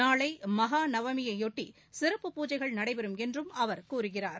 நாளை மகா நவமியையொட்டி சிறப்பு பூஜைகள் நடைபெறும் என்றும் அவர் கூறுகிறார்